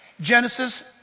Genesis